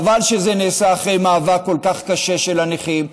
חבל שזה נעשה אחרי מאבק כל כך קשה של הנכים,